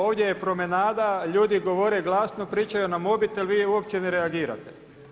Ovdje je promenada, ljudi govore glasno, pričaju na mobitel, vi uopće ne reagirate.